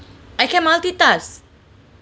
I can multitask